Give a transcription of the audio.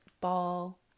ball